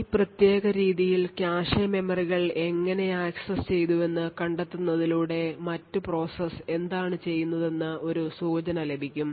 ഈ പ്രത്യേക രീതിയിൽ കാഷെ മെമ്മറികൾ എങ്ങനെ ആക്സസ് ചെയ്തുവെന്ന് കണ്ടെത്തുന്നതിലൂടെ മറ്റ് പ്രോസസ്സ് എന്താണ് ചെയ്യുന്നതെന്ന് ഒരു സൂചന ലഭിക്കും